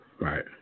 Right